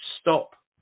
stop